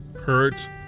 hurt